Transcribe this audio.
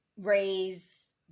raise